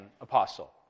apostle